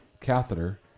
catheter